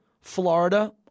Florida